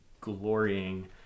glorying